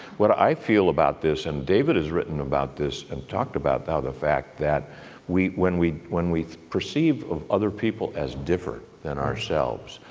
what i feel about this, and david has written about this and talked about the the fact that when we when we perceive of other people as different than ourselves,